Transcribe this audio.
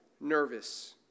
nervous